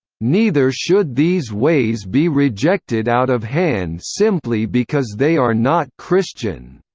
neither should these ways be rejected out of hand simply because they are not christian.